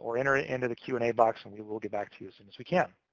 or enter it into and the q and a box, and we will get back to you as soon and as we can.